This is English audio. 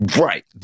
Right